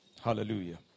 Hallelujah